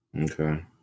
Okay